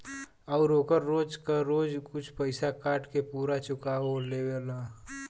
आउर ओकर रोज क रोज कुछ पइसा काट के पुरा चुकाओ लेवला